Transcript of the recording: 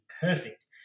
perfect